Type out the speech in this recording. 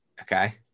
Okay